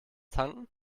tanken